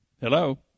Hello